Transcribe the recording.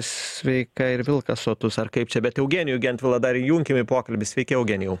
sveika ir vilkas sotus ar kaip čia bet eugenijų gentvilą dar įjunkim į pokalbį sveiki eugenijau